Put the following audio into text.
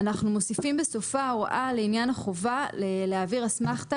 אנחנו מוסיפים בסופה הוראה לעניין החובה להעביר אסמכתה